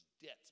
debts